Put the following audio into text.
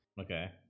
okay